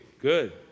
Good